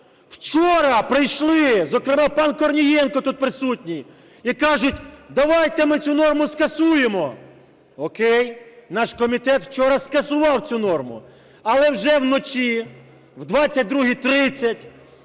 Вчора прийшли, зокрема пан Корнієнко тут присутній, і кажуть, давайте ми цю норму скасуємо. О'кей. Наш комітет вчора скасував цю норму. Але вже вночі, о 22:30,